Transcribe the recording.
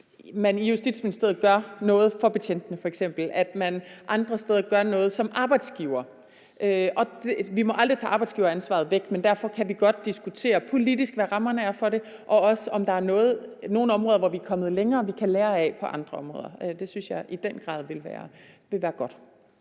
at man i Justitsministeriet gør noget for f.eks. betjentene, og at man andre steder gør noget som arbejdsgiver. Vi må aldrig tage arbejdsgiveransvaret væk, men derfor kan vi godt diskutere politisk, hvad rammerne er for det, og også, om der er nogle områder, hvor vi er kommet længere, og som vi kan lære af på andre områder. Det synes jeg i den grad ville være godt.